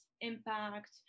impact